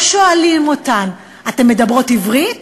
לא שואלים אותן: אתן מדברות עברית,